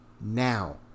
now